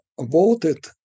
voted